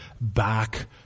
back